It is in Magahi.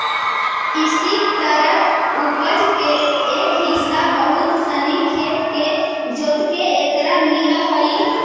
इसी तरह उपज के एक हिस्सा बहुत सनी खेत के जोतके एकरा मिलऽ हइ